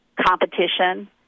competition